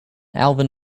alvin